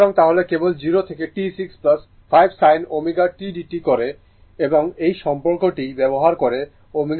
সুতরাং তাহলে কেবল 0 থেকে T 6 5 sin ω tdt করে এবং এই সম্পর্কটি ব্যবহার করে ω 2πT এর সমান করা যাই